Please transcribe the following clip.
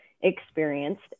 experienced